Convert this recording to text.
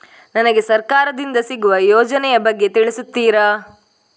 ನನಗೆ ಸರ್ಕಾರ ದಿಂದ ಸಿಗುವ ಯೋಜನೆ ಯ ಬಗ್ಗೆ ತಿಳಿಸುತ್ತೀರಾ?